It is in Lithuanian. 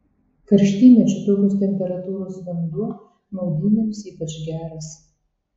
karštymečiu tokios temperatūros vanduo maudynėms ypač geras